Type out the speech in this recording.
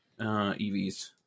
EVs